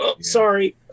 Sorry